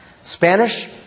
Spanish